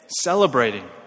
celebrating